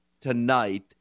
tonight